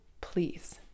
please